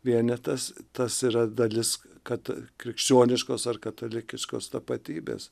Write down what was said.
vienetas tas yra dalis kad krikščioniškos ar katalikiškos tapatybės